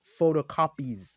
photocopies